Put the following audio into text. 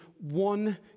one